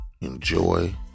enjoy